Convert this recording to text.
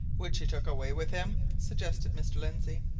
which he took away with him? suggested mr. lindsey.